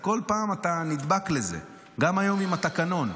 כל פעם אתה נדבק לזה, גם היום עם התקנון.